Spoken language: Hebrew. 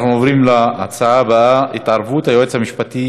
נעבור להצעה לסדר-היום מס' 4728 בנושא: התערבות הייעוץ המשפטי